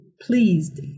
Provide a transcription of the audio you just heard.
pleased